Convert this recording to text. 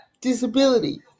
disability